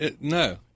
No